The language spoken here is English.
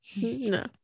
no